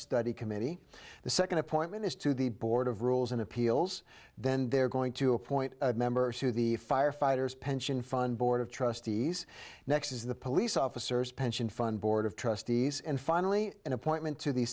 study committee the second appointment is to the board of rules and appeals then they're going to appoint members to the firefighters pension fund board of trustees next is the police officers pension fund board of trustees and finally an appointment to the